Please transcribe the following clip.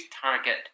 target